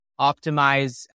optimize